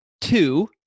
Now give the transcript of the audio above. two